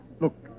look